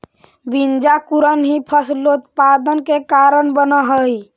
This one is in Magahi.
बीजांकुरण ही फसलोत्पादन के कारण बनऽ हइ